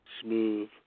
smooth